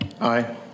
Aye